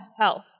health